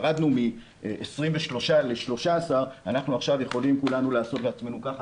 ירדנו מ-23 ל-13 אנחנו עכשיו יכולים כולנו לעשות לעצמנו ככה,